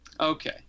Okay